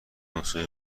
موسیقی